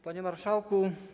Panie Marszałku!